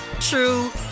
true